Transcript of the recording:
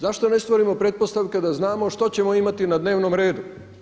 Zašto ne stvorimo pretpostavke da znamo što ćemo imati na dnevnom redu?